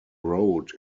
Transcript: road